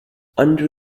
under